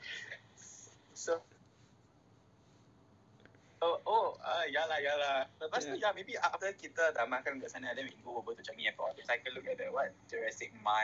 so